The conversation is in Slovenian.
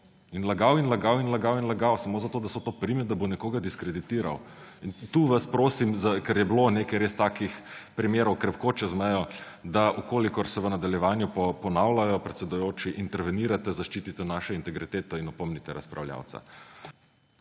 skozi. In lagal in lagal in lagal samo zato, da se to prime, da bo nekoga diskreditiral. Tu vas prosim, ker je bilo nekaj res takih primerov krepko čez mejo, da če se v nadaljevanju ponavljajo, predsedujoči, intervenirate, zaščitite našo integriteto in opomnite razpravljavca.